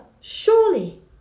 surely